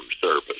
service